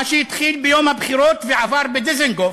מה שהתחיל ביום הבחירות, עבר בדיזנגוף